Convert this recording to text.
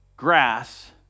grass